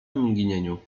mgnieniu